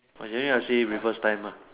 actually I see reverse time mah